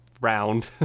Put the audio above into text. round